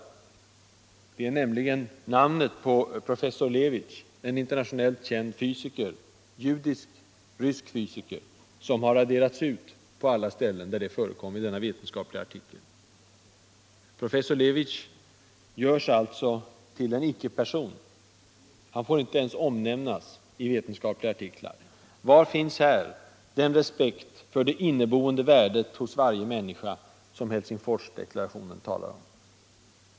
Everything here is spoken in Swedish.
Namnet på professor Levitj, en internationellt känd judisk-rysk fysiker har nämligen raderats ut på alla ställen där det förekom i denna vetenskapliga artikel. Professor Levitj görs alltså till en icke-person. Han får inte ens omnämnas i vetenskapliga artiklar. Var finns då den respekt för det inneboende värdet hos varje människa, som Helsingforsdeklarationen talar om?